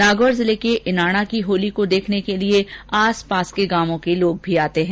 नागौर जिले के इनाणा की होली को देखने के लिए आसपास के गांवों के लोग आते हैं